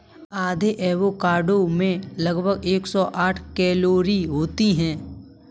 आधे एवोकाडो में लगभग एक सौ साठ कैलोरी होती है